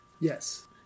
Yes